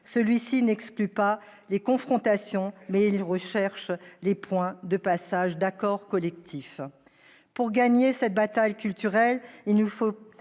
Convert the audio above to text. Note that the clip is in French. Celui-ci n'exclut pas les confrontations, mais il recherche les points de passage d'accords collectifs. » Pour gagner cette bataille culturelle, il nous faut